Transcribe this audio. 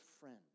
friend